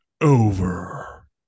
over